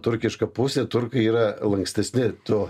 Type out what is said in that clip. turkiška pusė turkai yra lankstesni tu